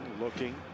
looking